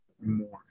more